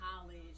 college